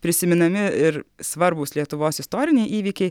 prisiminami ir svarbūs lietuvos istoriniai įvykiai